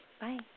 Bye